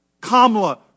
Kamala